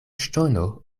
ŝtono